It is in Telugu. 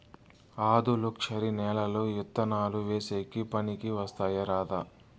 ఆధులుక్షరి నేలలు విత్తనాలు వేసేకి పనికి వస్తాయా రాదా?